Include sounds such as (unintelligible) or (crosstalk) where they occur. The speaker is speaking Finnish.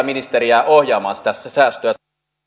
(unintelligible) ministeriä ohjaamaan tässä säästöä arvoisa